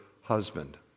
husband